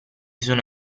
sono